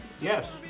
Yes